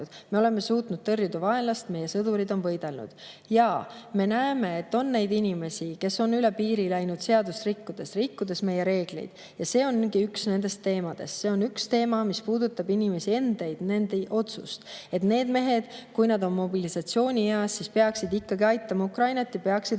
Me oleme suutnud vaenlast tõrjuda, meie sõdurid on võidelnud. Jah, me näeme, et on neid inimesi, kes on üle piiri läinud seadust rikkudes, rikkudes meie reegleid, ja see ongi üks nendest teemadest. See on teema, mis puudutab inimesi endid, nende otsust. Need mehed, kes on mobilisatsioonieas, peaksid ikkagi aitama Ukrainat ja peaksid